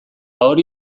hori